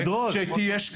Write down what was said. תדרוש.